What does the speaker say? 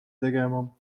tegema